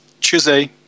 Tuesday